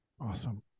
Awesome